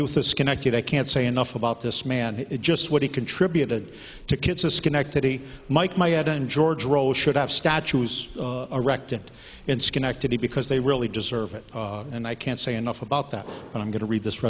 youth disconnected i can't say enough about this man just what he contributed to kids a schenectady mike my dad and george rowe should have statues erected in schenectady because they really deserve it and i can't say enough about that but i'm going to read this